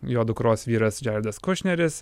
jo dukros vyras džaredas kušneris